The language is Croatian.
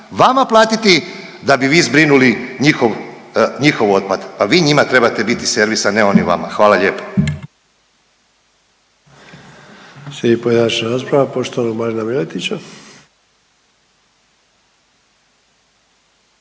vama platiti da bi vi zbrinuli njihov, njihov otpad, pa vi njima trebate biti servis, a ne ovni vama. Hvala lijepo.